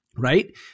right